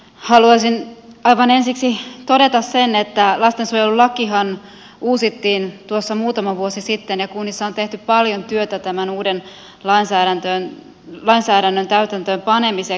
haluaisin aivan ensiksi todeta sen että lastensuojelulakihan uusittiin tuossa muutama vuosi sitten ja kunnissa on tehty paljon työtä tämän uuden lainsäädännön täytäntöön panemiseksi